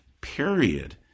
period